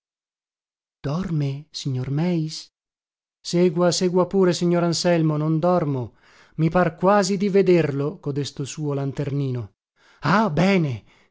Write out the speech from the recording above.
dorme signor meis segua segua pure signor anselmo non dormo i par quasi di vederlo codesto suo lanternino ah bene